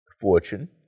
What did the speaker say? fortune